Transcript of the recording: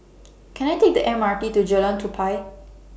Can I Take The M R T to Jalan Tupai